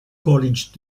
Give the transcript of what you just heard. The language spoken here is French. college